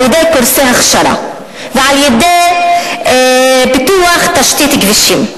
על-ידי קורסי הכשרה, ועל-ידי פיתוח תשתית כבישים.